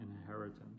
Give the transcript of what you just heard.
inheritance